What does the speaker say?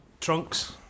trunks